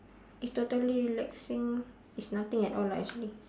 if totally relaxing it's nothing at all ah actually